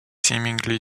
seemingly